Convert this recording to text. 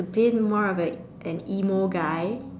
the been more of like an emo guy